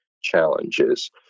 challenges